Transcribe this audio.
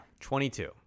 22